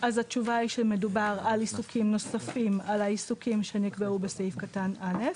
התשובה היא שמדובר על עיסוקים נוספים על העיסוקים שנקבעו בסעיף קטן (א).